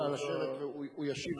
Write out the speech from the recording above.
נא לשבת, הוא ישיב.